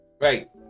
right